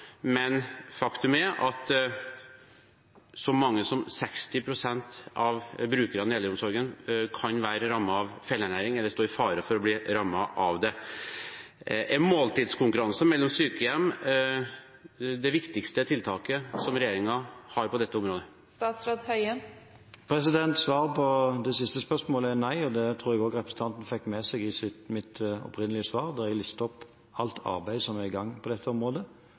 men faktum er at så mange som 60 pst. av brukerne i eldreomsorgen kan være rammet av feilernæring, eller stå i fare for å bli rammet av det. Er en måltidskonkurranse mellom sykehjem det viktigste tiltaket som regjeringen har på dette området? Svaret på det siste spørsmålet er nei, og det tror jeg også representanten fikk med seg i mitt opprinnelige svar, der jeg listet opp alt arbeidet som er i gang på dette området